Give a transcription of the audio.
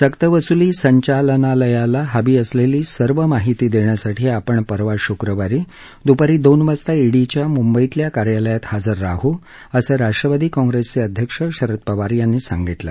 सक्तवसूली संचालनालयाला हवी असलेली सर्व माहिती देण्यासाठी आपण परवा शुक्रवारी दुपारी दोन वाजता ईडीच्या मुंबईतल्या कार्यालयात हजर राहूअसं राष्ट्रवादी काँग्रेसचे अध्यक्ष शरद पवार यांनी सांगितलं